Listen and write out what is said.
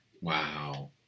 Wow